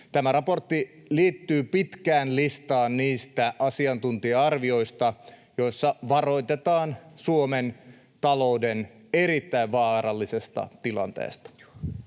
Tämä raportti liittyy pitkään listaan niistä asiantuntija-arvioista, joissa varoitetaan Suomen talouden erittäin vaarallisesta tilanteesta.